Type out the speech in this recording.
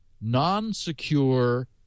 non-secure